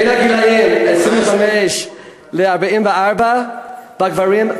בין הגילים 25 ו-44 בגברים,